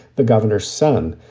the governor's son.